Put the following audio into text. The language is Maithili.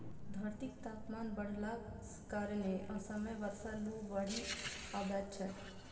धरतीक तापमान बढ़लाक कारणें असमय बर्षा, लू, बाढ़ि अबैत छैक